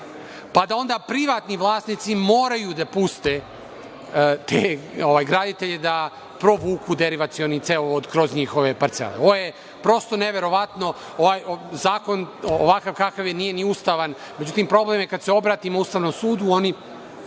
pa da onda privatni vlasnici moraju da puste te graditelje da provuku derivacioni cevovod kroz njihove parcele. Ovo je prosto neverovatno, zakon ovakav kakav je, nije ni ustavan. Međutim, problem je kad se obratimo Ustavnom sudu, oni